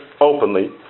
openly